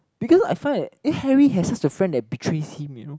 because I find that eh Harry has a friend that betrays him you know